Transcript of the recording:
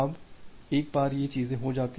अब एक बार यह चीजें हो जाती हैं